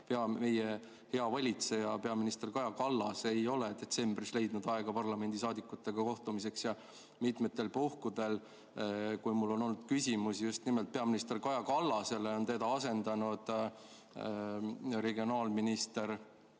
meie hea valitseja peaminister Kaja Kallas ei ole detsembris leidnud aega parlamendisaadikutega kohtumiseks ja mitmetel puhkudel, kui mul on olnud küsimusi just nimelt peaminister Kaja Kallasele, on teda asendanud regionaalminister